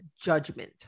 judgment